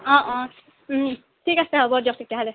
অ অ ঠিক আছে হ'ব দিয়ক তেতিয়াহ'লে